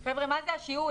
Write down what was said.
חבר'ה, מה זה השיהוי?